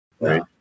right